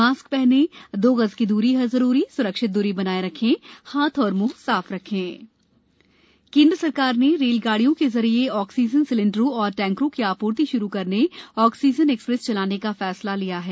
mask हनें दो गज दूरी है जरूरी सुरक्षित दूरी बनाये रखें हाथ और मुंह साफ रखें आक्सीजन एक्सप्रेस केंद्र सरकार ने रेलगाड़ियों के जरिए ऑक्सीजन सिलेंडरों और टैंकरों की आप्र्ति शुरू करने ऑक्सीजन एक्सप्रेस चलाने का फैसला लिया गया है